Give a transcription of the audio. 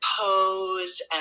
pose